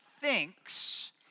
thinks